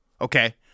Okay